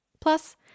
Plus